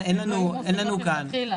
אין לנו כאן תשובה.